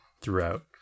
throughout